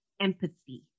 empathy